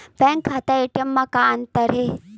Bank खाता ATM मा का अंतर हे?